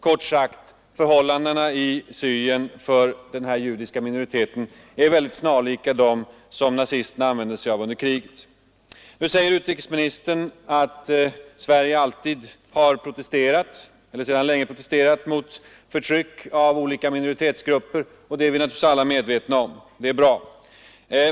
Kort sagt: Förhållandena i Syrien för den judiska minoriteten är snarlika dem nazisterna skapade under kriget. Nu säger utrikesministern att Sverige sedan länge protesterat mot förtryck av olika minoritetsgrupper. Detta är vi naturligtvis alla medvetna om — det är bra.